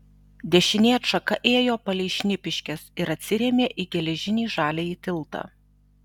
dešinė atšaka ėjo palei šnipiškes ir atsirėmė į geležinį žaliąjį tiltą